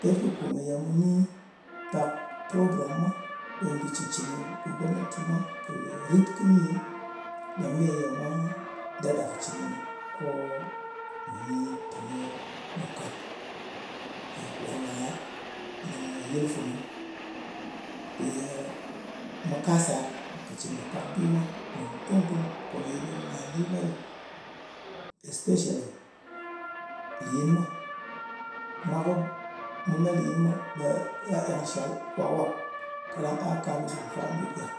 Pet kɨ kòmèye mu ni pak program mwa, ko mbì cɨn-cɨn kɨ gomnati mwa kɨ rit kɨ nyi, ɓe meye mwa daɗa kɨ cɨn kɨnɨ, kò mù ni teni mu kàt wàlwala nɗin kɨ yɨl funu, mpì ye mu kasa kɨ cɨn kɨ pak bi mwa mùn dung-dung komeye ɗom ɓe nga li mwa ɗɨ. Especially liyin mwa. Mu me liyin mwa ɓe gha eng shall wak-wak, kaɗang a ka, ɓe gurm fa mut gak.